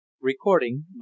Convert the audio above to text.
recording